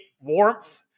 warmth